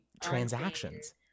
transactions